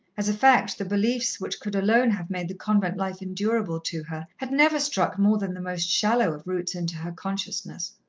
as a fact, the beliefs which could alone have made the convent life endurable to her, had never struck more than the most shallow of roots into her consciousness.